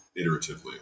iteratively